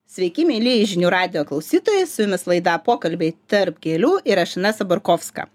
sveiki mielieji žinių radijo klausytojai su jumis laida pokalbiai tarp gėlių ir aš inesa borkovska